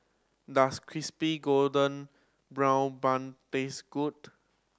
does Crispy Golden Brown Bun taste good